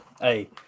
Hey